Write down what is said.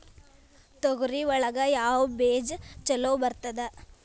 ತೊಗರಿ ಒಳಗ ಯಾವ ಬೇಜ ಛಲೋ ಬರ್ತದ?